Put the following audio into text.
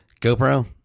GoPro